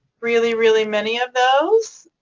really, really many of those.